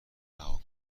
رها